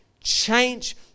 change